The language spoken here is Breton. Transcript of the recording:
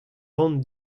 ran